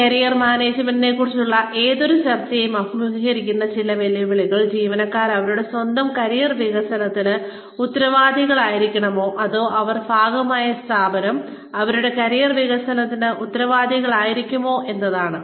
career മാനേജ്മെന്റിനെക്കുറിച്ചുള്ള ഏതൊരു ചർച്ചയും അഭിമുഖീകരിക്കുന്ന ചില വെല്ലുവിളികൾ ജീവനക്കാർ അവരുടെ സ്വന്തം കരിയർ വികസനത്തിന് ഉത്തരവാദികളായിരിക്കണമോ അതോ അവർ ഭാഗമായ സ്ഥാപനം അവരുടെ കരിയർ വികസനത്തിന് ഉത്തരവാദികളായിരിക്കണമോ എന്നതാണ്